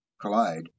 collide